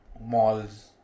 Malls